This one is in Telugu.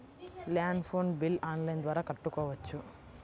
ల్యాండ్ ఫోన్ బిల్ ఆన్లైన్ ద్వారా కట్టుకోవచ్చు?